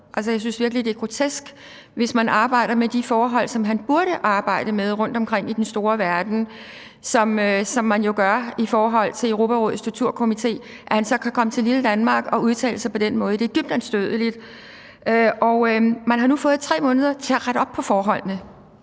det er grotesk, hvis han arbejder med de forhold – som han burde arbejde med rundtomkring i den store verden, hvad man jo gør i forhold til Europarådets torturkomité – at han så kan komme til lille Danmark og udtale sig på den måde. Det er dybt anstødeligt, og de har nu fået 3 måneder til at rette op på forholdene,